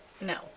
No